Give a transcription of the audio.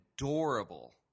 adorable